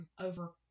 over